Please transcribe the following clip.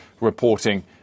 reporting